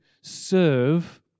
serve